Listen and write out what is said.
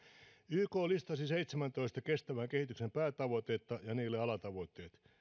yk listasi seitsemäntoista kestävän kehityksen päätavoitetta ja niille alatavoitteet